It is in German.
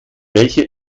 welche